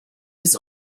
was